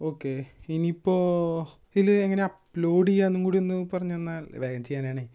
okay ഇനിയിപ്പോൾ ഇല് എങ്ങനെയാണ് അപ്ലോഡ് ചെയ്യാനും കൂടി ഒന്ന് പറഞ്ഞ് തന്നാൽ വേഗം ചെയ്യാനാണെ